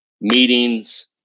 meetings